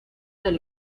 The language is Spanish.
del